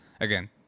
Again